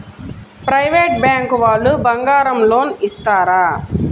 Private bank వాళ్ళు బంగారం loan ఇస్తారా?